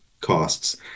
costs